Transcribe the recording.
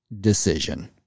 decision